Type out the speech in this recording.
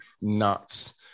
nuts